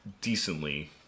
decently